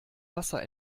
wasser